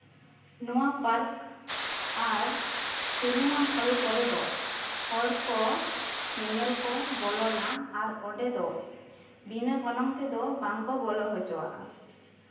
ᱱᱚᱣᱟ ᱯᱟᱨᱠ ᱟᱨ cinema hall ᱠᱚᱨᱮ ᱫᱚ ᱦᱚᱲ ᱠᱚ ᱧᱮᱧᱮᱞ ᱠᱚ ᱵᱚᱞᱚᱱᱟ ᱟᱨ ᱚᱸᱰᱮ ᱫᱚ ᱵᱤᱱᱟᱹ ᱜᱚᱱᱚᱝ ᱛᱮᱫᱚ ᱵᱟᱝ ᱠᱚ ᱵᱚᱞᱚ ᱦᱚᱪᱚᱣᱟᱜᱼᱟ